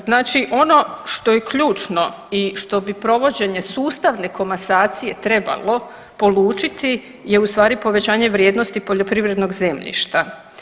Znači ono što je ključno i što bi provođenje sustavne komasacije trebalo polučiti je u stvari povećanje vrijednosti poljoprivrednog zemljišta.